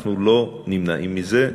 אנחנו לא נמנעים מזה.